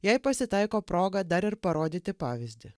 jei pasitaiko proga dar ir parodyti pavyzdį